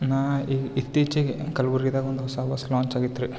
ನಾ ಈಗ ಇತ್ತೀಚಿಗೆ ಕಲ್ಬುರ್ಗಿದಾಗ ಒಂದು ಹೊಸ ಬಸ್ ಲಾಂಚ್ ಆಗಿತ್ ರೀ